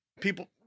people